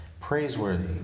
praiseworthy